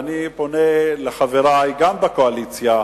ואני פונה אל חברי, גם בקואליציה,